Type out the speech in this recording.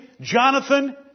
Jonathan